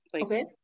Okay